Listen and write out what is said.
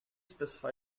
specify